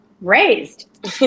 raised